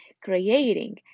creating